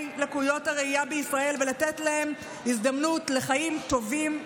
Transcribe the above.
לקויות הראייה בישראל ולתת להם הזדמנות לחיים טובים,